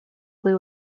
glue